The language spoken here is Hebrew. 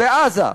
בעזה.